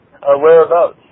Whereabouts